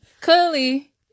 clearly